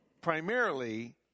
primarily